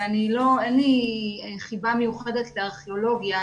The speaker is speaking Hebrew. ואין לי חיבה מיוחדת לארכיאולוגיה,